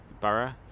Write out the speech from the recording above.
borough